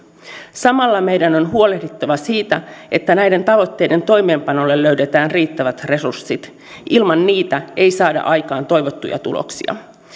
samalla meidän on huolehdittava siitä että näiden tavoitteiden toimeenpanolle löydetään riittävät resurssit ilman niitä ei saada aikaan toivottuja tuloksia